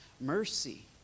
mercy